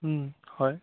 হয়